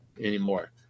anymore